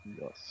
Yes